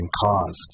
caused